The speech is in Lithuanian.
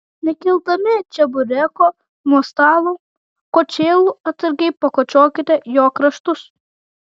nekeldami čebureko nuo stalo kočėlu atsargiai pakočiokite jo kraštus